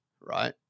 Right